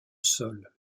sol